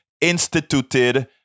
instituted